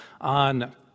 on